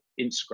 Instagram